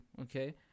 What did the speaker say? okay